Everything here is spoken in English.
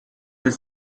his